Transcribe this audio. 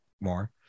more